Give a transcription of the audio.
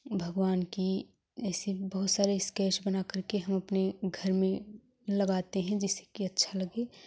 भगवान की ऐसी बहुत सारे स्केच बनाकर के हम अपने घर में लगाते हैं जिससे कि अच्छा लगे